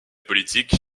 politique